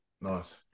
Nice